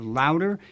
louder